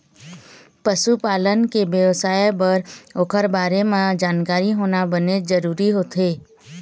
पशु पालन के बेवसाय बर ओखर बारे म जानकारी होना बनेच जरूरी होथे